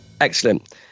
excellent